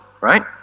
right